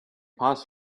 paused